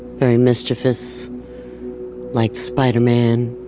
very mischievous like spider-man